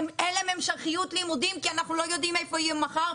שאין להם המשכיות לימודים כי אנחנו לא יודעים הם יהיו מחר?